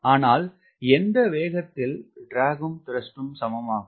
அனால் எந்த வேகத்தில் ட்ராக்ம் த்ரஸ்ட்டும் சமம் ஆகும்